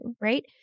right